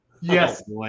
yes